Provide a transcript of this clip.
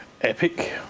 Epic